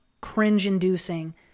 cringe-inducing